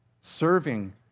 serving